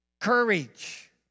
courage